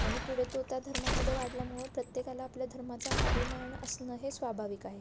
आणि पुढे तो त्या धर्मामध्ये वाढल्यामुळं प्रत्येकाला आपल्या धर्माचा अभिमान असणं हे स्वाभाविक आहे